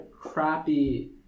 crappy